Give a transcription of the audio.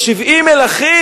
אומר: 70 מלכים